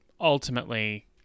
ultimately